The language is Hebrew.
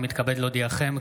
אני מתכבד להודיעכם,